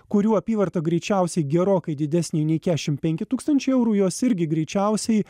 kurių apyvarta greičiausiai gerokai didesnė nei kešim penki tūkstančiai eurų jos irgi greičiausiai